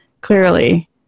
Clearly